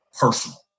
personal